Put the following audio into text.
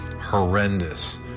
horrendous